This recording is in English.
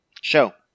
Show